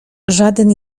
żaden